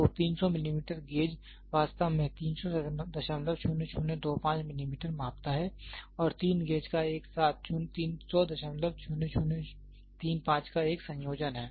तो 300 millimetre gauge वास्तव में 3000025 मिलीमीटर मापता है और तीन गेज का एक साथ 3000035 का एक संयोजन है